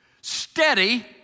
steady